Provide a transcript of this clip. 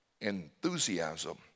enthusiasm